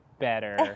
better